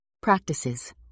practices